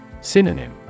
Synonym